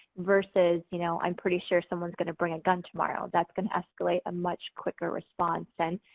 versus you know i'm pretty sure someone's gonna bring gun tomorrow. that can escalate a much quicker response, than,